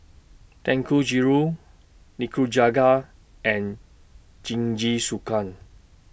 Dangojiru Nikujaga and Jingisukan